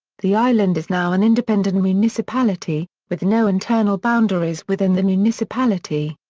the island is now an independent municipality, with no internal boundaries within the municipality.